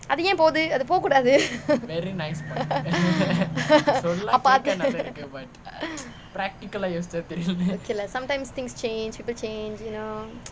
அது ஏன் போது அது போ கூடாது:athu aen pothu athu po kudaathu okay lah sometimes things change people change you know